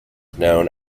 known